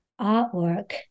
artwork